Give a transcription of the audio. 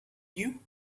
you